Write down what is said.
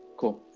cool,